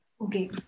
Okay